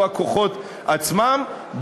או הכוחות עצמם,